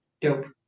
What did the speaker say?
Dope